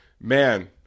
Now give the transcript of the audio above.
Man